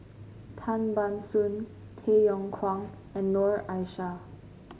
Tan Ban Soon Tay Yong Kwang and Noor Aishah